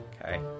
Okay